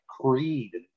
Creed